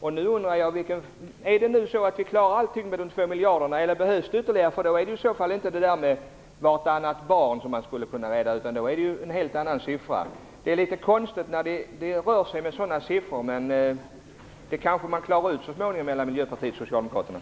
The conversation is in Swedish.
Är det alltså så att vi klarar allting med de 2 miljarderna, eller behövs det ytterligare medel? I så fall är det inte vartannat barn man skulle kunna rädda, utan då är det ju helt andra siffror som gäller. Det är litet konstigt att man rör sig med sådana siffror, men detta kanske Miljöpartiet och Socialdemokraterna så småningom klarar upp sig emellan.